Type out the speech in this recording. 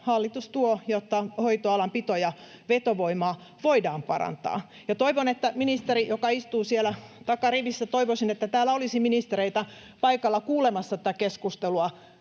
hallitus tuo, jotta hoitoalan pito- ja vetovoimaa voidaan parantaa. Ja toivon, että ministeri, joka istuu siellä takarivissä — toivoisin, että täällä olisi ministereitä paikalla kuulemassa tätä keskustelua,